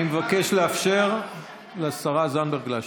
אני מבקש לאפשר לשרה זנדברג להשיב.